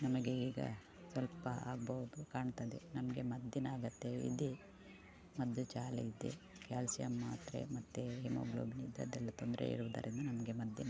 ನಮಗೆ ಈಗ ಸ್ವಲ್ಪ ಆಗ್ಬೌದು ಕಾಣ್ತದೆ ನಮಗೆ ಮದ್ದಿನ ಅಗತ್ಯವಿದೆ ಮದ್ದು ಜಾಲೆ ಇದೆ ಕ್ಯಾಲ್ಸಿಯಮ್ ಮಾತ್ರೆ ಮತ್ತು ಹಿಮೋಗ್ಲೋಬಿನ್ ಇಂಥದ್ದೆಲ್ಲ ತೊಂದರೆ ಇರುವುದರಿಂದ ನಮಗೆ ಮದ್ದಿನ